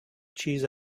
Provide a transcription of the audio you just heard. cheese